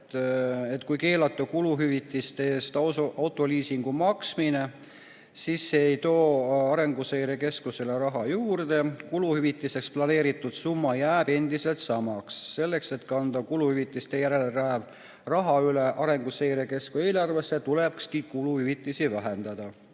et kui keelata kuluhüvitiste eest autoliisingu maksmine, siis see ei too Arenguseire Keskusele raha juurde. Kuluhüvitisteks planeeritud summa jääb endiselt samaks. Selleks, et kanda kuluhüvitistest järele jääv raha üle Arenguseire Keskuse eelarvesse, tuleks kuluhüvitisi vähendada.